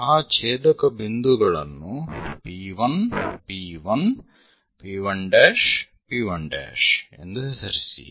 ಆ ಛೇದಕ ಬಿಂದುಗಳನ್ನು P1 P1 P1' P1' ಎಂದು ಹೆಸರಿಸಿ